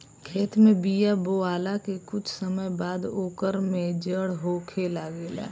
खेत में बिया बोआला के कुछ समय बाद ओकर में जड़ होखे लागेला